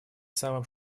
самым